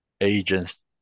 agents